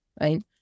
right